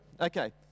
okay